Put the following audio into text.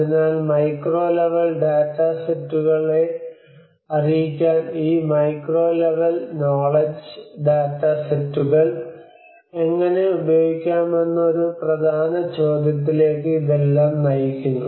അതിനാൽ micro level data സെറ്റുകളെ അറിയിക്കാൻ ഈ മാക്രോ ലെവൽ നോളജ് എങ്ങനെ ഉപയോഗിക്കാമെന്ന ഒരു പ്രധാന ചോദ്യത്തിലേക്ക് ഇതെല്ലാം നയിക്കുന്നു